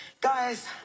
guys